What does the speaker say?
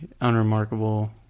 unremarkable